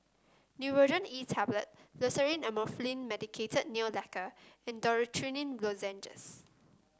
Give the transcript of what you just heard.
Nurogen E Hablet Loceryl Amorolfine Medicated Nail Lacquer and Dorithricin Lozenges